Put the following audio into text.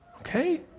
Okay